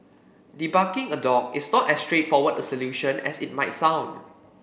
debarking a dog is not as straightforward a solution as it might sound